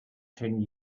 ten